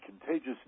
contagious